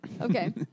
Okay